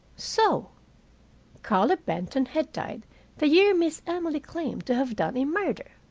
so carlo benton had died the year miss emily claimed to have done a murder!